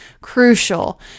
crucial